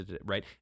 right